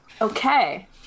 okay